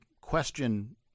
question